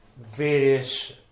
various